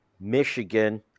Michigan